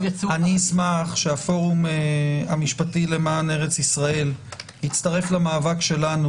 אני אשמח שהפורום המשפטי למען ארץ ישראל יצטרף למאבק שלנו